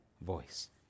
voice